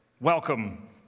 welcome